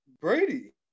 Brady